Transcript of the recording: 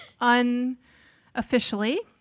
unofficially